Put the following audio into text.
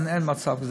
אין מצב כזה.